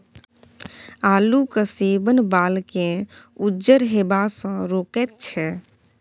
आलूक सेवन बालकेँ उज्जर हेबासँ रोकैत छै